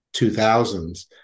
2000s